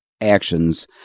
actions